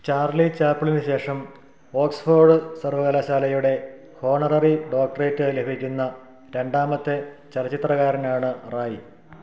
Charlie ചാപ്ലിനു ശേഷം Oxford സർവകലാശാലയുടെ ഹോണററി ഡോക്ടറേറ്റ് ലഭിക്കുന്ന രണ്ടാമത്തെ ചലച്ചിത്രകാരനാണ് റായ്